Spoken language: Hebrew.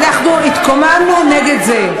ואנחנו התקוממנו נגד זה.